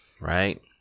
right